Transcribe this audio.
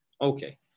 Okay